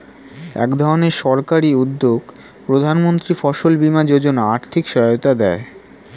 একধরনের সরকারি উদ্যোগ প্রধানমন্ত্রী ফসল বীমা যোজনা আর্থিক সহায়তা দেয়